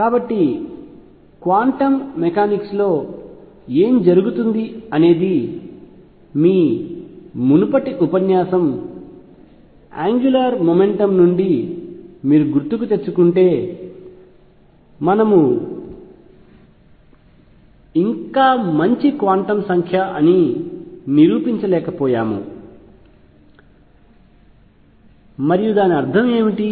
కాబట్టి quantum mechanics లో ఏమి జరుగుతుంది అనేది మీ మునుపటి ఉపన్యాసం యాంగ్యులార్ మెకానిక్స్ నుండి గుర్తుకు తెచ్చుకుంటే మనము ఇంకా మంచి క్వాంటం సంఖ్య అని నిరూపించలేకపోయాము మరియు దాని అర్థం ఏమిటి